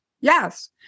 Yes